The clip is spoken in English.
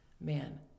man